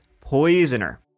Poisoner